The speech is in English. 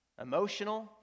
emotional